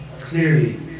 clearly